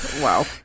Wow